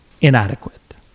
inadequate